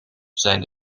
zijn